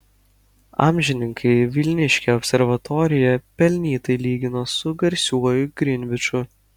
amžininkai vilniškę observatoriją pelnytai lygino su garsiuoju grinviču